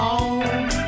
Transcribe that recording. Home